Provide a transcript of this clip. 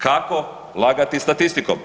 Kako lagati statistikom.